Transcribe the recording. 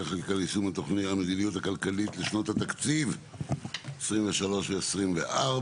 חקיקה ליישום המדיניות הכלכלית לשנות התקציב 2023 ו-2024),